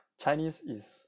chinese is